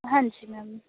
ਹਾਂਜੀ ਮੈਮ